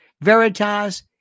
Veritas